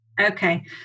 Okay